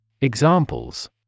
Examples